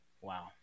Wow